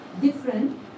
different